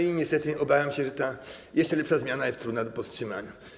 I niestety obawiam się, że ta jeszcze lepsza zmiana jest trudna do powstrzymania.